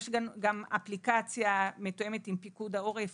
יש גם אפליקציה מתואמת עם פיקוד העורף